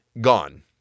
Gone